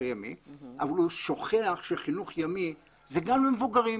הימי אבל הוא שוכח שחינוך ימי הוא גם למבוגרים.